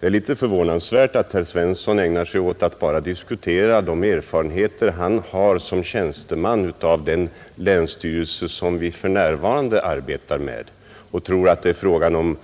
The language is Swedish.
Det är litet förvånansvärt att herr Svensson ägnar sig åt att bara diskutera de erfarenheter han som tjänsteman har av den länsstyrelse som vi för närvarande arbetar med utan att ta hänsyn